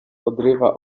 odrywa